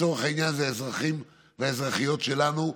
לצורך העניין, זה האזרחים והאזרחיות שלנו.